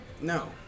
no